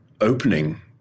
opening